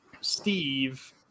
Steve